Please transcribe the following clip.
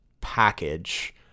package